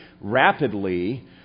rapidly